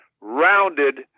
rounded